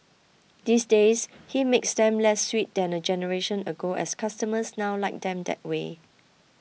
these days he makes them less sweet than a generation ago as customers now like them that way